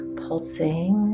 pulsing